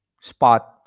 spot